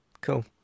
cool